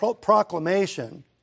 proclamation